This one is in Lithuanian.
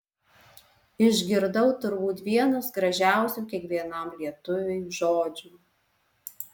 išgirdau turbūt vienus gražiausių kiekvienam lietuviui žodžių